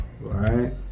right